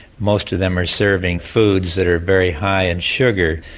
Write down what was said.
most of them are serving foods that are very high in sugar.